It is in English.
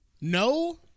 no